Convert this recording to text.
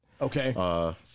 Okay